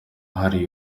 hariya